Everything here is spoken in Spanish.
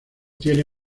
tiene